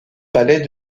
palais